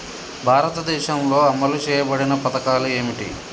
భారతదేశంలో అమలు చేయబడిన పథకాలు ఏమిటి?